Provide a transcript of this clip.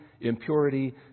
Impurity